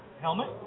helmet